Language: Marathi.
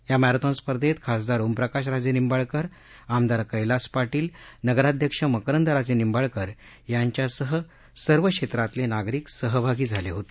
या मर्खिन स्पर्धेत खासदार ओमप्रकाशराजे निंबाळकर आमदार कैलास पाटील नगराध्यक्ष मकरंद राजेनिंबाळकर यांच्यासह सर्व क्षेत्रातले नागरिक सहभागी झाले होते